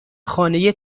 خانه